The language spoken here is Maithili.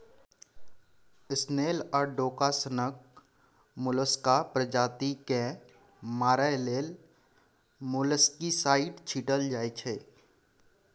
स्नेल आ डोका सनक मोलस्का प्रजाति केँ मारय लेल मोलस्कीसाइड छीटल जाइ छै